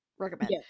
recommend